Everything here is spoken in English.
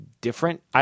different